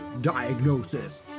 diagnosis